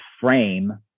frame